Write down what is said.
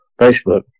Facebook